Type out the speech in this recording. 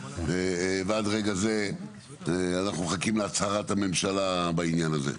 ועד רגע זה אנחנו מחכים להצהרת הממשלה בעניין הזה.